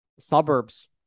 suburbs